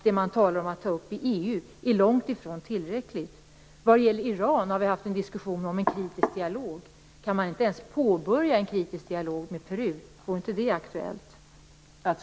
Det man talar om att ta upp i EU är långt ifrån tillräckligt. Vi har haft en diskussion om en kritisk dialog med Iran. Kan man inte ens påbörja en kritisk dialog med Peru? Vore inte det aktuellt?